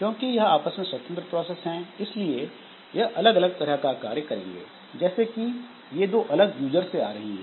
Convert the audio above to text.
क्योंकि यह आपस में स्वतंत्र प्रोसेस हैं इसलिए यह अलग अलग तरह का कार्य करेंगे जैसे कि ये दो अलग यूजर से यह आ रही है